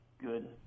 good